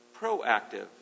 proactive